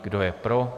Kdo je pro?